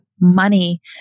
money